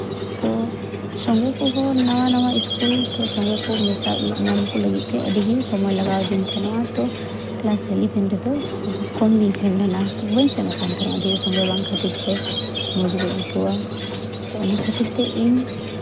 ᱛᱚ ᱥᱚᱝᱜᱮ ᱠᱚᱦᱚᱸ ᱱᱟᱣᱟ ᱱᱟᱣᱟ ᱤᱥᱠᱩᱞ ᱥᱚᱸᱜᱮ ᱠᱚ ᱧᱟᱢ ᱠᱚ ᱞᱟᱹᱜᱤᱫ ᱛᱮ ᱟᱹᱰᱤᱜᱮ ᱥᱚᱢᱚᱭ ᱞᱟᱜᱟᱣ ᱟᱹᱫᱤᱧ ᱛᱟᱦᱮᱱᱟ ᱛᱳ ᱠᱞᱟᱥ ᱤᱞᱤᱵᱷᱮᱱ ᱨᱮᱫᱚ ᱤᱥᱠᱩᱞ ᱫᱚ ᱠᱚᱢᱜᱤᱧ ᱥᱮᱱ ᱞᱮᱱᱟ ᱵᱟᱹᱧ ᱥᱮᱱᱚᱜ ᱠᱟᱱ ᱛᱟᱦᱮᱱᱟ ᱰᱷᱮᱨ ᱥᱚᱸᱜᱮ ᱵᱟᱝ ᱠᱷᱟᱹᱛᱤᱨ ᱛᱮ ᱢᱚᱡᱽ ᱵᱟᱹᱧ ᱟᱹᱭᱠᱟᱹᱣᱟ ᱛᱳ ᱚᱱᱟ ᱠᱷᱟᱹᱛᱤᱨ ᱛᱮ ᱤᱧ